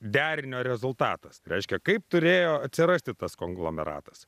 derinio rezultatas reiškia kaip turėjo atsirasti tas konglomeratas